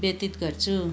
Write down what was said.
व्यतीत गर्छु